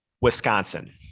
Wisconsin